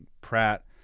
Pratt